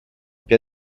più